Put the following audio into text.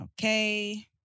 Okay